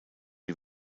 die